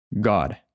God